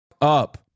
up